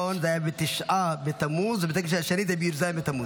בית המקדש הראשון זה היה בתשעה בתמוז ובית המקדש השני זה בי"ז בתמוז.